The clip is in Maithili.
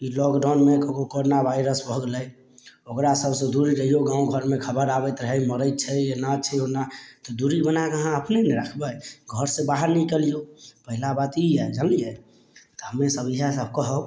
ई लाॅकडाउनमे ककरो कोरोना भाइरस भऽ गेलै ओकरा सबसे दूर रहियौ गाँव घरमे खबर आबैत रहए मरैत छै एना छै ओना दूरी बनाके अहाँ अपने ने रखबै घर से बाहर नहि निकलियौ पहिला बात ई अइ जनलियै हमे सब इहए सब कहब